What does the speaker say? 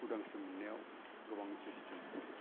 उदांस्रि मोन्नायाव गोबां जुजिदोंमोन